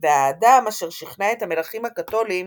והאדם אשר שכנע את המלכים הקתוליים